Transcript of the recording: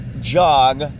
jog